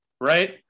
right